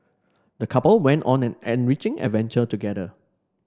the couple went on an enriching adventure together